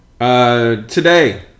Today